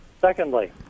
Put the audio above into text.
Secondly